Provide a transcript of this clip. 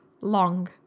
long